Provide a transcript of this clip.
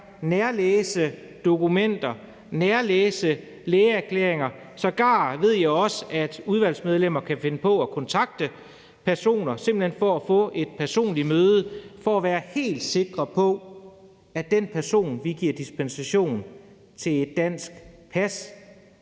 nærlæse dokumenter og nærlæse lægeerklæringer. Sågar ved jeg også, at udvalgsmedlemmer kan finde på at kontakte personer simpelt hen for at få et personligt møde og for at være helt sikre på, at den person, vi giver dispensation til et dansk pas,